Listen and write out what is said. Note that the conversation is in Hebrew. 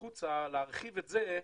החוצה, להרחיב את זה.